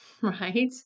Right